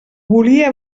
volia